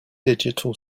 digital